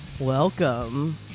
Welcome